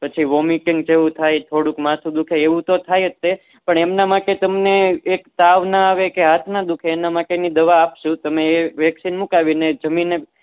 પછી વોમિટિંગ જેવું થાય થોડુંક માથું દુઃખે એવું તો થાય જ તે પણ એમના માટે તમને એક તાવ ના આવે કે હાથ ના દુઃખે એના માટેની દવા આપીશું તમે એ વેક્સીન મૂકાવીને જમીને